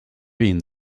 being